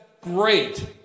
great